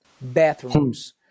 bathrooms